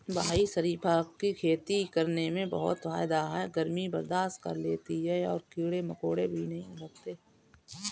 भाई शरीफा की खेती करने में बहुत फायदा है गर्मी बर्दाश्त कर लेती है और कीड़े मकोड़े भी नहीं लगते